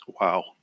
Wow